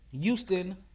houston